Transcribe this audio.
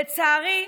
לצערי,